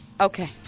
Okay